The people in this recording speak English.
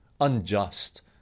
unjust